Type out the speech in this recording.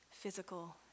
physical